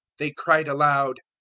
they cried aloud,